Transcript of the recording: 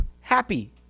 happy